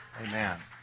Amen